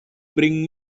bring